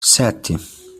sete